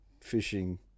fishing